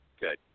Good